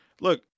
Look